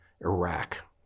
Iraq